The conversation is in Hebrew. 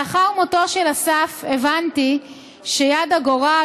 לאחר מותו של אסף הבנתי שיד הגורל,